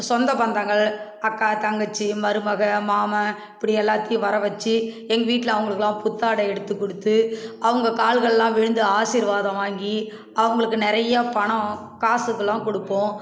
சொந்த பந்தங்கள் அக்கா தங்கச்சி மருமகள் மாமன் இப்படி எல்லாத்தையும் வரவச்சு எங்கள் வீட்டில் அவங்களுக்குலாம் புத்தாடை எடுத்து கொடுத்து அவங்க கால்களெலாம் விழுந்து ஆசீர்வாதம் வாங்கி அவங்களுக்கு நிறையா பணம் காசுகளெலாம் கொடுப்போம்